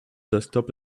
desktop